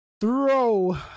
throw